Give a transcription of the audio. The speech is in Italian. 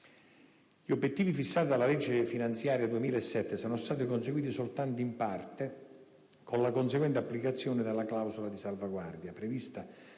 Gli obiettivi fissati dalla legge finanziaria 2007 sono stati conseguiti soltanto in parte, con la conseguente applicazione della clausola di salvaguardia prevista dalla stessa legge